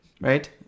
right